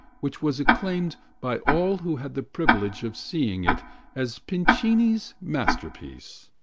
which was acclaimed by all who had the privilege of seeing it as pincini's masterpiece.